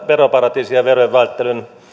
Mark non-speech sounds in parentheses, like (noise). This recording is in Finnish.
(unintelligible) veroparatiisien ja verojen välttelyn